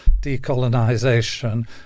decolonization